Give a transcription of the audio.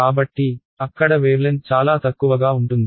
కాబట్టి అక్కడ వేవ్లెన్త్ చాలా తక్కువగా ఉంటుంది